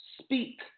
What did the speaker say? Speak